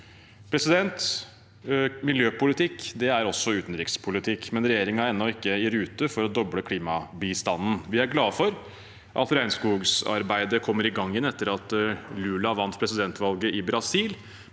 Miljøpolitikk er også utenrikspolitikk, men regjeringen er ennå ikke i rute for å doble klimabistanden. Vi er glade for at regnskogsarbeidet kommer i gang igjen etter at Lula vant presidentvalget i Brasil,